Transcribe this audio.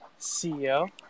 CEO